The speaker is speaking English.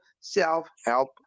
self-help